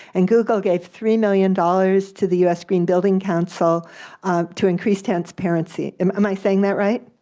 and google gave three million dollars to the us green building council to increase transparency. am am i saying that right?